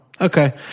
okay